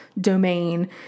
Domain